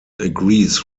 agrees